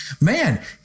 man